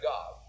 God